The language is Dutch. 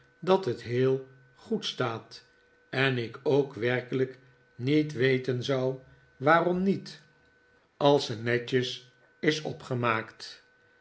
dat het heel goed staat en ik ook werkelijk niet weten zou waarom niet als ze netjes is opgemaakt